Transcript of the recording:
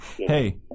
Hey